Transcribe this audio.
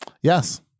Yes